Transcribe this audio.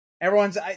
Everyone's